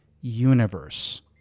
universe